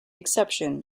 exception